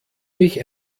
mich